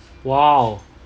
!wow!